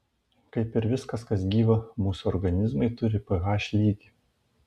kaip ir viskas kas gyva mūsų organizmai turi ph lygį